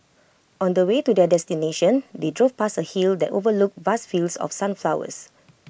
on the way to their destination they drove past A hill that overlooked vast fields of sunflowers